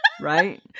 Right